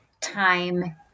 time